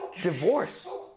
divorce